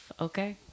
Okay